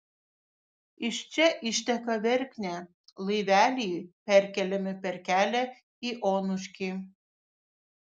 iš čia išteka verknė laiveliai perkeliami per kelią į onuškį